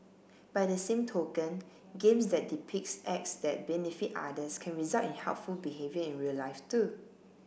by the same token games that depicts acts that benefit others can result in helpful behaviour in real life too